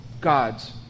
God's